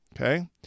okay